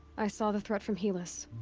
i saw the threat from helis.